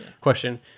Question